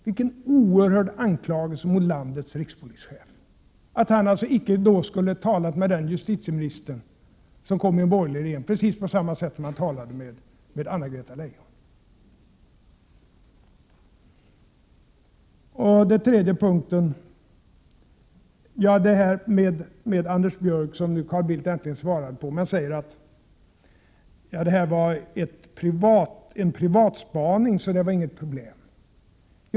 Vilken oerhörd anklagelse mot landets rikspolischef — att han alltså icke då skulle ha talat med justitieministern i en borgerlig regering, precis på samma sätt som han talade med Anna-Greta Leijon! När det gäller detta med Anders Björck svarade Carl Bildt äntligen. Han säger att det var en privatspaning, så det var inget problem.